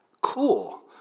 Cool